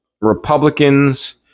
Republicans